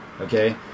okay